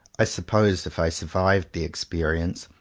i suppose if i survived the experience,